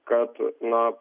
kad na